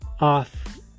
off